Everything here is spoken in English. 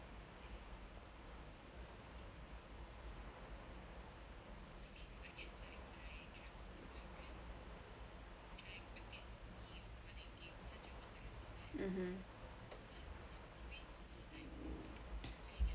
mmhmm